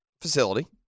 facility